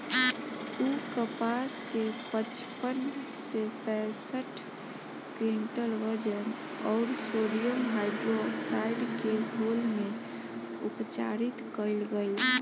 उ कपास के पचपन से पैसठ क्विंटल वजन अउर सोडियम हाइड्रोऑक्साइड के घोल में उपचारित कइल गइल